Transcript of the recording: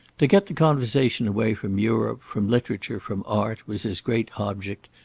to get the conversation away from europe, from literature, from art, was his great object,